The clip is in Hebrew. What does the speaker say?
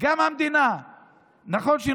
נכון שהמדינה נותנת